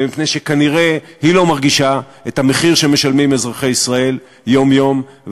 ומפני שכנראה היא לא מרגישה את המחיר שמשלמים אזרחי ישראל יום-יום.